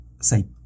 say